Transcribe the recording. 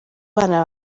bana